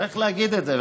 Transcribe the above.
צריך להגיד את זה.